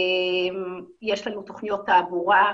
יש לנו תוכניות תעבורה,